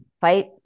Fight